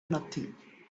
nothing